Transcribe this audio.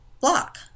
block